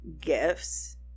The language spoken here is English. gifts